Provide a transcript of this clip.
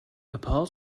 apart